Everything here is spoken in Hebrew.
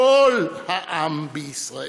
כל העם בישראל.